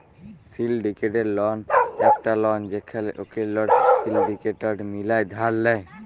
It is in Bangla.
সিলডিকেটেড লন একট লন যেখালে ওলেক লক সিলডিকেট মিলায় ধার লেয়